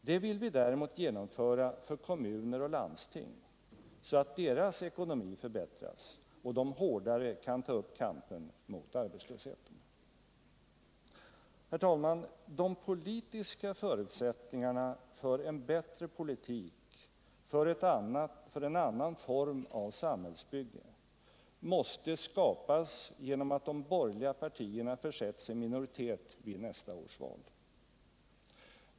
Det vill vi däremot genomföra för kommuner och landsting, så att deras ekonomi förbättras och de kan ta upp en hårdare kamp mot arbetslösheten. Herr talman! De politiska förutsättningarna för en bättre politik, för en annan form av samhällsbygge, måste skapas genom att de borgerliga partierna försätts i minoritet vid nästa års val.